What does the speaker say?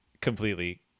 completely